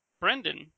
Brendan